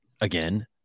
again